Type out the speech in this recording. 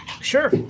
Sure